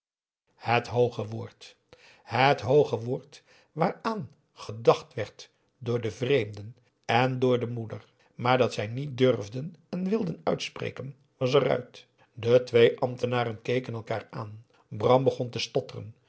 het hooge woord het woord waaraan gedacht werd door de vreemden en door de moeder maar dat zij niet durfden en wilden uitspreken was eruit de twee ambtenaren keken elkaar aan bram begon te